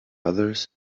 others